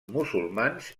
musulmans